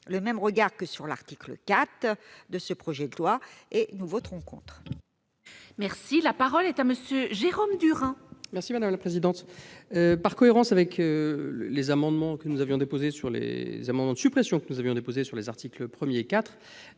le même regard que sur l'article 4 de ce projet de loi, et nous voterons contre. La parole est à M. Jérôme Durain, sur l'article. Par cohérence avec les amendements de suppression que nous avions déposés sur l'article 1 et